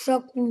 šakų